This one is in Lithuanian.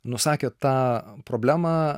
nusakė tą problemą